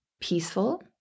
peaceful